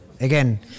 again